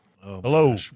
Hello